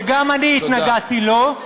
שגם אני התנגדתי לו,